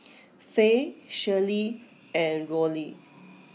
Faye Shirley and Rollie